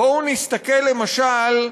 בואו נסתכל, למשל,